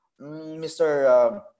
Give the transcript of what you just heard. Mr